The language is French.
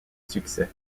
succès